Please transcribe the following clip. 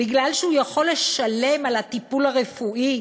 מפני שהוא יכול לשלם על הטיפול הרפואי